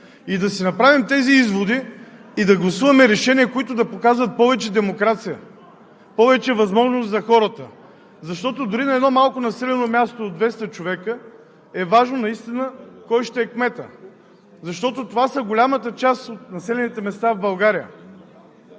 Да си направим тези изводи и да гласуваме решения, които да показват повече демокрация, повече възможност за хората, защото дори в малко населено място от 200 човека наистина е важно кой ще е кметът, защото това са голямата част от населените места в България.